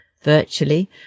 Virtually